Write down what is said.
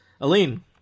Aline